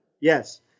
Yes